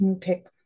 pick